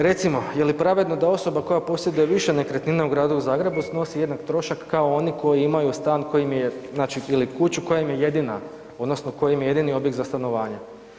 Recimo, je li pravedno da osoba koja posjeduje više nekretnina u Gradu Zagrebu snosi jednak trošak kao oni koji imaju stan koji im je, znači ili kuću koja im je jedina odnosno koji im je jedini objekt za stanovanje?